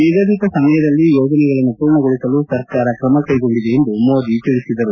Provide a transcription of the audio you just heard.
ನಿಗದಿತ ಸಮಯದಲ್ಲಿ ಯೋಜನೆಗಳನ್ನು ಪೂರ್ಣಗೊಳಿಸಲು ಸರ್ಕಾರ ಕ್ರಮ ಕೈಗೊಂಡಿದೆ ಎಂದು ಮೋದಿ ಹೇಳಿದರು